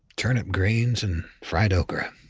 turnip greens, and fried okra.